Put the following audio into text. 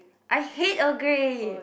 I hate Earl Grey